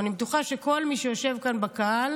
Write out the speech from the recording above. אני בטוחה שכל מי שיושב כאן בקהל